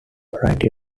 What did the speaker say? variety